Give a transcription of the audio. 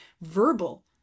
verbal